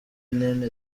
nyine